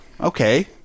Okay